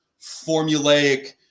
formulaic